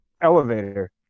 Elevator